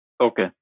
Okay